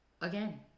Again